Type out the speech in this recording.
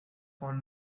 phone